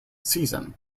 season